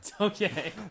Okay